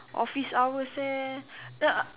office hours eh then I